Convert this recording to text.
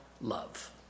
love